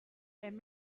and